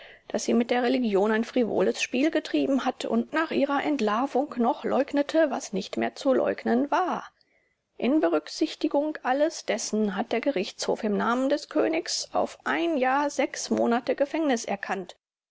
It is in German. daß sie mit der religion ein frivoles spiel getrieben hat und nach ihrer entlarvung noch leugnete was nicht mehr zu leugnen war in berücksichtigung alles dessen hat der gerichtshof im namen des königs auf jahr monate gefängnis erkannt